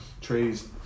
trees